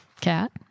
cat